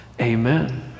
Amen